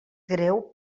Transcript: greu